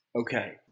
Okay